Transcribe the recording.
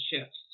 shifts